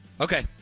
Okay